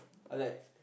like